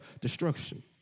destruction